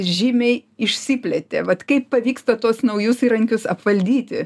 žymiai išsiplėtė vat kaip pavyksta tuos naujus įrankius apvaldyti